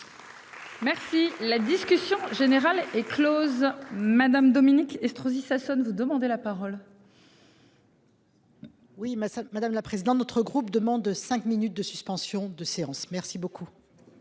Merci la discussion générale est Close. Madame Dominique Estrosi Sassone vous demandez la parole. Oui madame la présidente. Notre groupe demande 5 minutes de suspension de séance. Merci beaucoup.